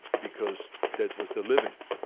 because that was their living.